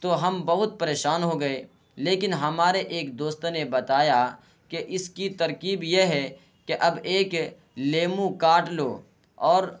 تو ہم بہت پریشان ہو گئے لیکن ہمارے ایک دوست نے بتایا کہ اس کی ترکیب یہ ہے کہ اب ایک لیموں کاٹ لو اور